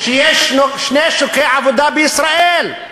שיש שני שוקי עבודה בישראל.